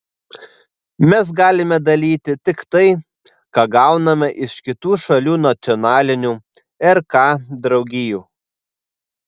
mes galime dalyti tik tai ką gauname iš kitų šalių nacionalinių rk draugijų